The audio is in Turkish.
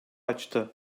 açtı